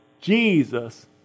Jesus